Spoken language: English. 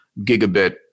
gigabit